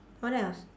what else